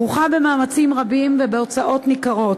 כרוכה במאמצים רבים ובהוצאות ניכרות,